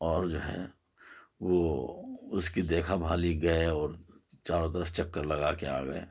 اور جو ہے وہ اس کی دیکھا بھالی گئے اور چاروں طرف چکر لگا کے آ گئے